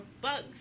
bugs